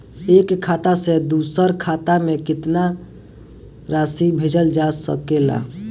एक खाता से दूसर खाता में केतना राशि भेजल जा सके ला?